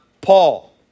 Paul